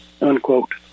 Unquote